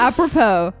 Apropos